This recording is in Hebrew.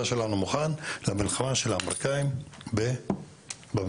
שלנו מוכן למלחמה של האמריקאים במפרץ.